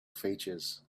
features